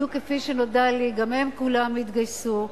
בדיוק כפי שנודע לי, גם הם כולם התגייסו.